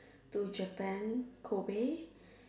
to Japan Kobe